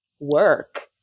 work